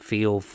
Feel